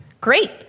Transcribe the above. great